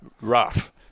rough